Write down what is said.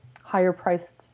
higher-priced